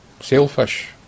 sailfish